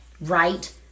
right